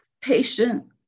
patient